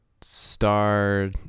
star